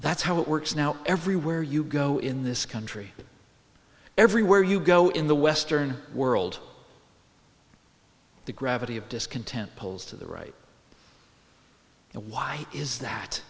that's how it works now everywhere you go in this country everywhere you go in the western world the gravity of discontent pulls to the right and why is that